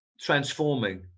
transforming